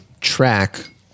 track